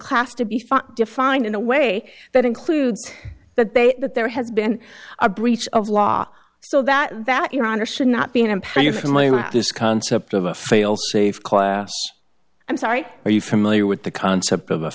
class to be fought defined in a way that includes that they that there has been a breach of law so that that your honor should not be an unpaid you're familiar with this concept of a fail safe class i'm sorry are you familiar with the concept of a